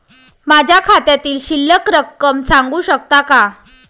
माझ्या खात्यातील शिल्लक रक्कम सांगू शकता का?